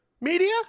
Media